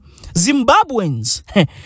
Zimbabweans